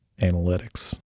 analytics